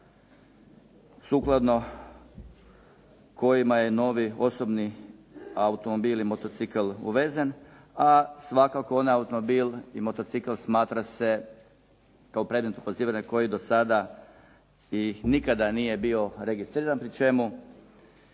sukladno kojima je novi osobni automobil i motocikl uvezen, a svakako onaj automobil i motocikl smatra se kao predmet oporezivanja koji do sada i nikada nije bio registriran, pri čemu